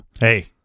Hey